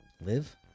live